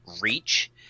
reach